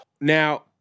Now